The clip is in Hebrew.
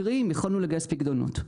קרי אם יכולנו לגייס פיקדונות.